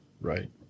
Right